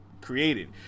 created